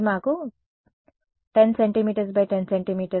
కాబట్టి మాకు 10cm × 10 సెం